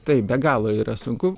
taip be galo yra sunku